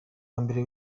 wambere